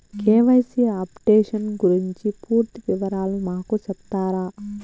KYC updation గురించి పూర్తి వివరాలు మాకు సెప్తారా?